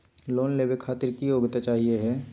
Loan लेवे खातीर की योग्यता चाहियो हे?